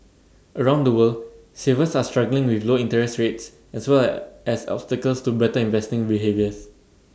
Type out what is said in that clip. around the world savers are struggling with low interest rates as well as obstacles to better investing behaviours